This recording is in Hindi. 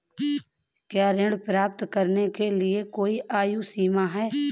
क्या ऋण प्राप्त करने के लिए कोई आयु सीमा है?